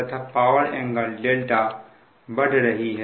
तथा power angle δ बढ़ रही है